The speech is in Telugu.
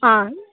ఆ